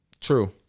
True